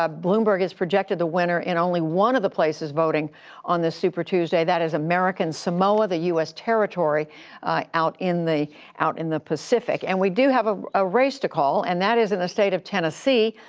ah bloomberg is projected the winner in only one of the places voting on this super tuesday. that is american samoa, the u s. territory out in the out in the pacific. and we do have a ah race to call. and that is in the state of tennessee.